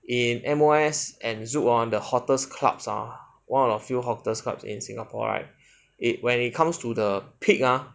in M_O_S zouk ah the hottest clubs ah one of the few hottest clubs in singapore right it when it comes to the peak ah